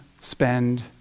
spend